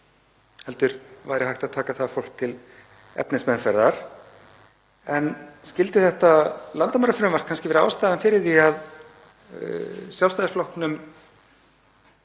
heldur væri hægt að taka þann hóp til efnismeðferðar. En skyldi þetta landamærafrumvarp kannski vera ástæðan fyrir því að Sjálfstæðisflokknum